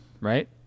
right